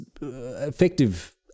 effective